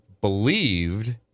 believed